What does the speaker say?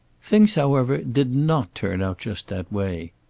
things, however, did not turn out just that way.